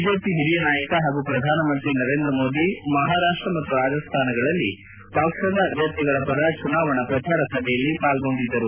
ಬಿಜೆಪಿಯ ಹಿರಿಯ ನಾಯಕ ಹಾಗೂ ಪ್ರಧಾನಮಂತ್ರಿ ನರೇಂದ್ರ ಮೋದಿ ಮಹಾರಾಪ್ಟ ಮತ್ತು ರಾಜಸ್ಥಾನಗಳಲ್ಲಿ ಪಕ್ಷದ ಅಭ್ಯರ್ಥಿಗಳ ಪರ ಚುನಾವಣಾ ಪ್ರಚಾರಸಭೆಯಲ್ಲಿ ಪಾರ್ಗೊಂಡಿದ್ದರು